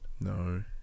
no